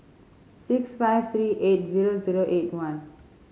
six five three eight zero zero eight one